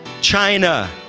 china